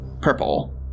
purple